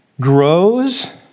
grows